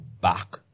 back